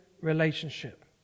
relationship